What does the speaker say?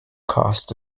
cost